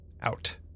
out